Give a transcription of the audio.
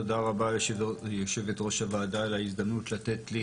תודה רבה ליושבת ראש הוועדה על ההזדמנות לתת לי